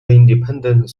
independent